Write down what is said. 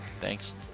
Thanks